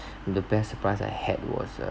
the best surprise I had was uh